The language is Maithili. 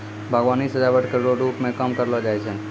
बागवानी सजाबट रो रुप मे काम करलो जाय छै